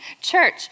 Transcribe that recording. church